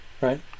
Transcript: right